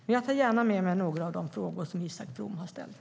Men jag tar gärna med mig några av de frågor som Isak From har ställt.